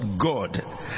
God